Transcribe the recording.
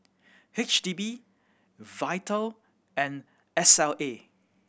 H D B Vital and S L A